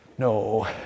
no